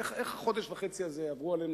איך החודש וחצי האלה עברו עלינו